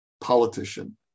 politician